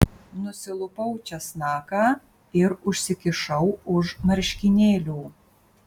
nusilupau česnaką ir užsikišau už marškinėlių